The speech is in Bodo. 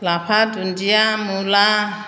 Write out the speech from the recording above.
लाफा दुन्दिया मुला